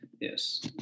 Yes